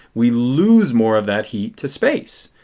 we lose more of that heat to space.